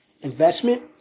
investment